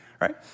right